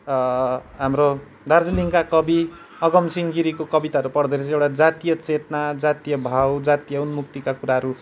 हाम्रो दार्जिलिङका कवि अगमसिंह गिरीको कविताहरू पढ्दाखेरि चाहिँ एउटा जातीय चेतना जातीय भाव जातीय उन्मुक्तिका कुराहरू